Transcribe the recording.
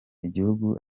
igihugu